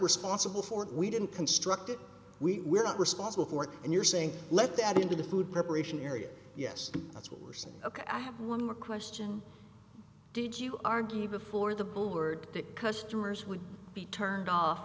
responsible for we didn't construct it we're not responsible for it and you're saying let that into the food preparation area yes that's what we're saying ok i have one more question did you argue before the board that customers would be turned off